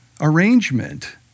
arrangement